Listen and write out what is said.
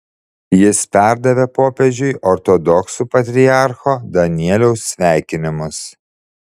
jis perdavė popiežiui ortodoksų patriarcho danieliaus sveikinimus